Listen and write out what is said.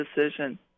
decision